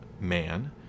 man